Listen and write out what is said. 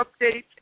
Update